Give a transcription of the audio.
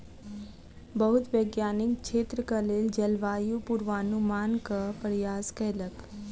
बहुत वैज्ञानिक क्षेत्रक लेल जलवायु पूर्वानुमानक प्रयास कयलक